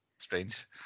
Strange